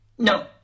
No